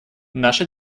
наша